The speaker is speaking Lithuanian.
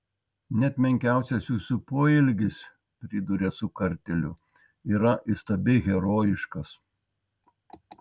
net menkiausias jūsų poelgis priduria su kartėliu yra įstabiai herojiškas